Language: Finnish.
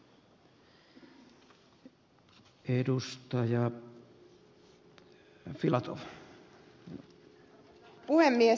arvoisa puhemies